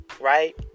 right